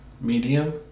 medium